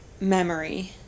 memory